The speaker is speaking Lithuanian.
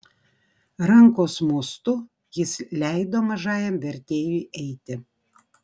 rankos mostu jis leido mažajam vertėjui eiti